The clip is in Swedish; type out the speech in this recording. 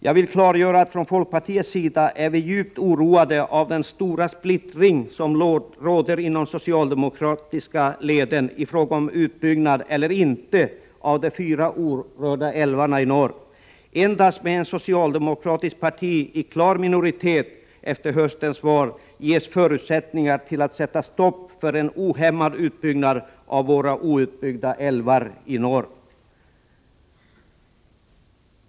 Jag vill klargöra att vi från folkpartiets sida är djupt oroade över den stora splittring som råder inom de socialdemokratiska leden i fråga om utbyggnad eller inte av de fyra orörda älvarna i norr. Endast med ett socialdemokratiskt parti i klar minoritet efter höstens val ges förutsättningar till att sätta stopp för en ohämmad utbyggnad av våra outbyggda älvar i norr.